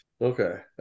Okay